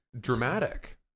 dramatic